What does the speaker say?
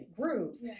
groups